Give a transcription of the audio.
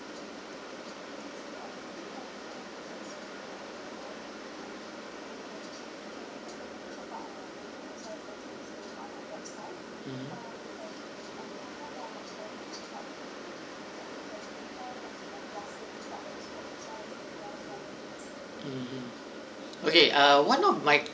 mmhmm okay uh one of my